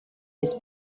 his